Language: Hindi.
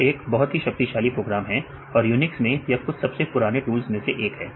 यह एक बहुत ही शक्तिशाली प्रोग्राम है और यूनिक्स में यह कुछ सबसे पुराने टूल्स में से एक है